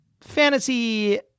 fantasy